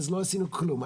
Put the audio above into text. אז לא עשינו כלום.